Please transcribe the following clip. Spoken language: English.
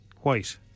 White